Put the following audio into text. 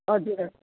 हजुर हजुर